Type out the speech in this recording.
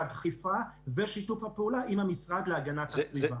הדחיפה ושיתוף הפעולה עם המשרד להגנת הסביבה.